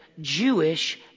Jewish